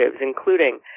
including